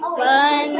fun